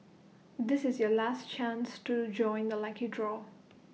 this is your last chance to join the lucky draw